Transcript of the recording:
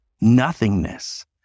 Nothingness